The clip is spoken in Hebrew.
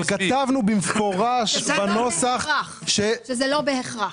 אבל כתבנו במפורש בנוסח --- שזה לא בהכרח.